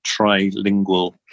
trilingual